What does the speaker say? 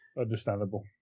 understandable